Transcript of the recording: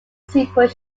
simple